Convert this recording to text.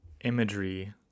imagery